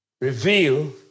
reveal